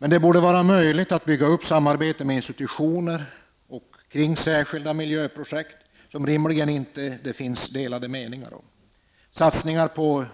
Men det borde vara möjligt att bygga upp samarbetet med institutioner och kring särskilda miljöprojekt som det rimligen inte finns delade meningar om. Satsningar på